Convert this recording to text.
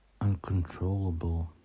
uncontrollable